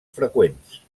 freqüents